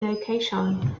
location